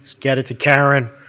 get it to karin,